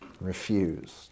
Refused